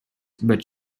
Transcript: but